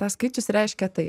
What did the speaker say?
tas skaičius reiškia tai